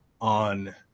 on